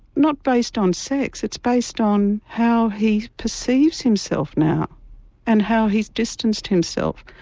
not based on sex it's based on how he perceives himself now and how he's distanced himself.